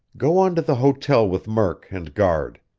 go on to the hotel with murk and guard.